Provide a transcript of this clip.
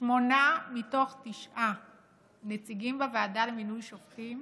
שמונה מתוך תשעה נציגים בוועדה למינוי שופטים